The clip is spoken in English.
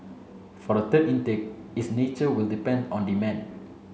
for the third intake its nature will depend on demand